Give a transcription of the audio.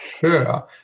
sure